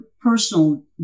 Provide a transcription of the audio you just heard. personal